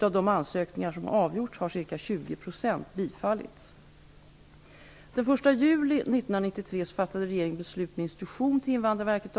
Av de ansökningar som avgjorts har ca 20 % bifallits. 1993/94.